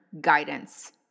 guidance